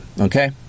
okay